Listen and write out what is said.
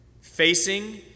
facing